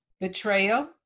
betrayal